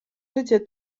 życie